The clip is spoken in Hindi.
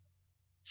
ठीक